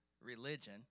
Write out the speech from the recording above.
religion